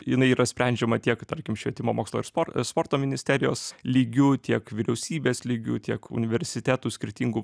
jinai yra sprendžiama tiek tarkim švietimo mokslo ir spor sporto ministerijos lygiu tiek vyriausybės lygiu tiek universitetų skirtingų